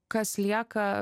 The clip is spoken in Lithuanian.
kas lieka